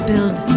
build